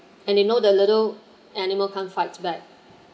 and he know the little animal can't fight back